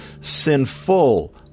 sinful